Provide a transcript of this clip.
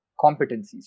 competencies